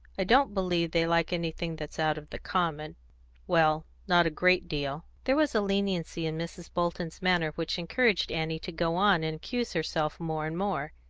i don't believe they like anything that's out of the common well, not a great deal. there was a leniency in mrs. bolton's manner which encouraged annie to go on and accuse herself more and more,